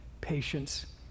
patience